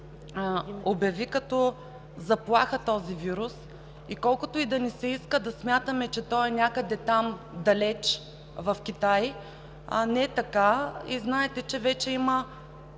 обяви като заплаха този вирус и колкото и да ни се иска да смятаме, че той е там, някъде там – далече в Китай, не е така. Знаете, че вече има